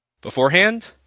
beforehand